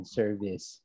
service